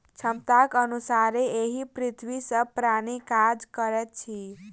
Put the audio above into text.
क्षमताक अनुसारे एहि पृथ्वीक सभ प्राणी काज करैत अछि